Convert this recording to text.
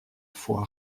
foi